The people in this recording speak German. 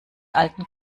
alten